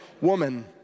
woman